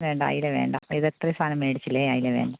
വേണ്ട അയില വേണ്ട ഇത് ഇത്രയും സാധനം മേടിച്ചില്ലെ അയില വേണ്ട